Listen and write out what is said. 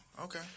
okay